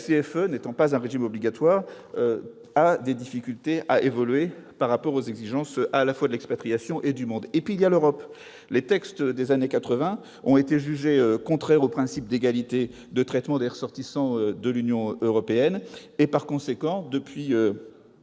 La CFE n'étant pas un régime obligatoire, elle rencontre des difficultés à évoluer au regard de ces exigences de l'expatriation et du monde. Et puis il y a l'Europe. Les textes des années 1980 ont été jugés contraires au principe d'égalité de traitement des ressortissants de l'Union européenne. Par conséquent, depuis